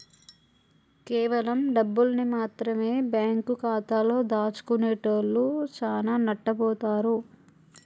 కేవలం డబ్బుల్ని మాత్రమె బ్యేంకు ఖాతాలో దాచుకునేటోల్లు చానా నట్టబోతారు